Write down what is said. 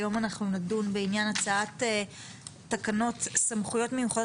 היום אנחנו נדון בעניין הצעת תקנות סמכויות מיוחדות